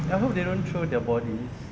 I hope they don't throw their bodies